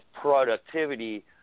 productivity